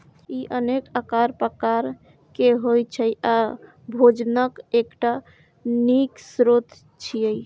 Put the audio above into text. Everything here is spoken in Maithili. ई अनेक आकार प्रकार के होइ छै आ भोजनक एकटा नीक स्रोत छियै